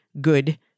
good